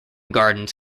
gardens